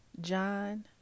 John